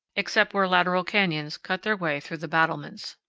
except where lateral canyons cut their way through the battlements.